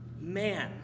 man